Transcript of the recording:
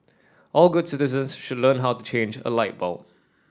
all good citizens should learn how to change a light bulb